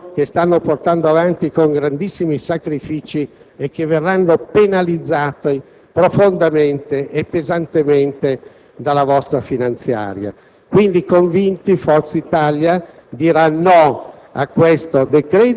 di tutti coloro che stanno andando avanti con grandissimi sacrifici e che verranno penalizzati profondamente e pesantemente dalla vostra finanziaria. Con convinzione il Gruppo